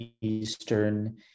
Eastern